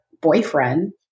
boyfriend